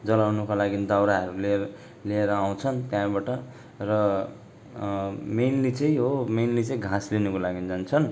जलाउनुको लागि दाउराहरू ल्याएर लिएर आउँछन् त्यहाँबाट र मेन्ली चाहिँ हो मेन्ली चाहिँ घाँस ल्याउनको लागि जान्छन्